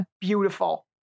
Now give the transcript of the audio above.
beautiful